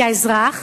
כי האזרחים,